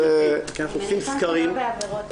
אני מניחה שלא בעבירות מין.